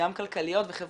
גם כלכליות וחברתיות,